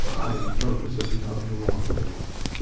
i am nervous every time the alarm goes off.